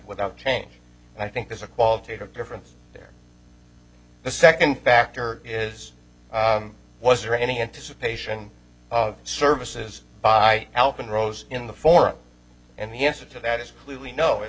without change and i think there's a qualitative difference there the second factor is was there any anticipation of services by help in rows in the forum and the answer to that is clearly no